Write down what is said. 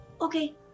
Okay